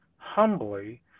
Humbly